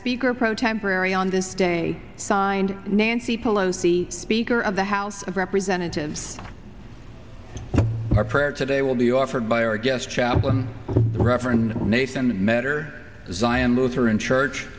speaker pro temporary on this day signed nancy pelosi speaker of the house of representatives our prayer today will be offered by our guest chaplain reverend nathan mater zion lutheran church